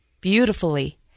beautifully